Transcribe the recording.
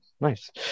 Nice